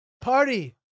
party